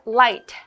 light